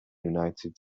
united